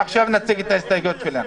עכשיו נציג את ההסתייגויות שלנו.